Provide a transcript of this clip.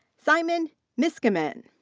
simon miskimen.